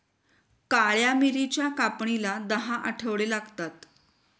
काळ्या मिरीच्या कापणीला दहा आठवडे लागतात